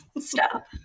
Stop